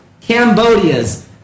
Cambodia's